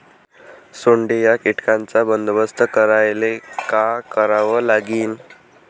सोंडे या कीटकांचा बंदोबस्त करायले का करावं लागीन?